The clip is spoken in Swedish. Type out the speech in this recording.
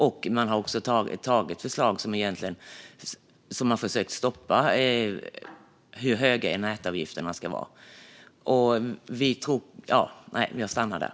Försök har också gjorts för att stoppa förslag om hur höga nätavgifterna ska vara.